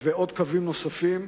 ועוד קווים נוספים,